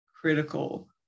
critical